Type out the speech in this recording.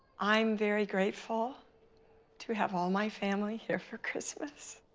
i'm very grateful to have all my family here for christmas.